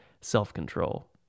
self-control